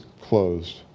closed